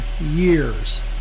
years